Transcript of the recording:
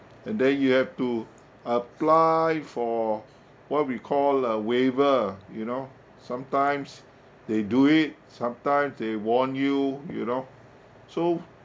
and then you have to apply for what we call a waiver you know sometimes they do it sometimes they warn you you know so